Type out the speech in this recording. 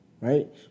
right